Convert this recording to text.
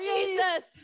Jesus